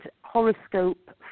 horoscope